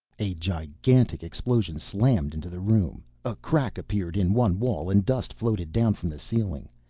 a gigantic explosion slammed into the room a crack appeared in one wall and dust floated down from the ceiling.